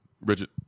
Bridget